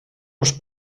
uns